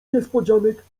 niespodzianek